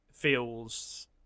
feels